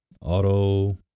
auto